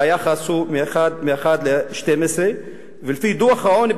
היחס הוא 1:12. לפי דוח העוני,